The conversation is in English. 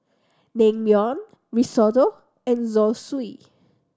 Naengmyeon Risotto and Zosui